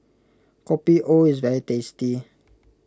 Kopi O is very tasty